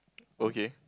okay